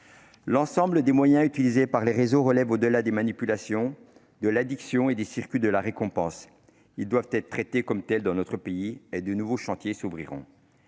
l'ensemble des moyens utilisés par les réseaux relèvent de l'addiction et des circuits de la récompense. Ils doivent être traités comme tels dans notre pays et de nouveaux chantiers s'ouvriront